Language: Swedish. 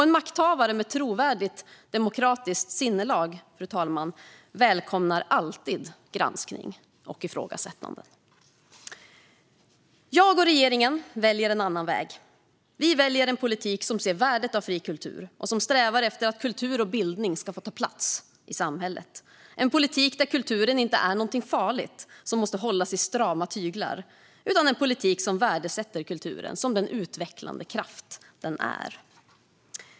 En makthavare med ett trovärdigt demokratiskt sinnelag, fru talman, välkomnar alltid granskning och ifrågasättande. Jag och regeringen väljer en annan väg. Vi väljer en politik som ser värdet av fri kultur och som strävar efter att kultur och bildning ska få ta plats i samhället, en politik där kulturen inte är någonting farligt som måste hållas i strama tyglar, en politik som värdesätter kulturen som den utvecklande kraft den är.